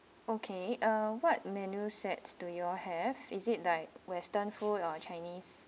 okay uh what menu sets do you all have is it like western food or chinese